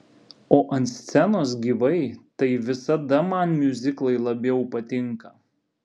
o ant scenos gyvai tai visada man miuziklai labiau patinka